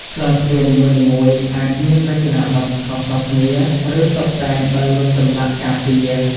ក្លោងទ្វារនីមួយៗអាចមានរចនាបថខុសៗគ្នា ឬតុបតែងដោយរូបចម្លាក់ការពារ។